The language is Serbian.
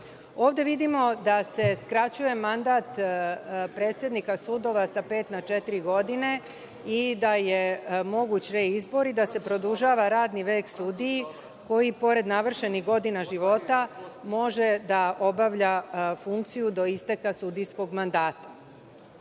vidimo da se skraćuje mandat predsednika sudova sa pet na četiri godine i da je moguć reizbor i da se produžava radni vek sudiji koji pored navršenih godina života može da obavlja funkciju do isteka sudijskog mandata. Ovde